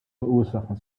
verursachen